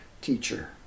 teacher